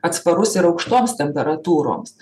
atsparus ir aukštoms temperatūroms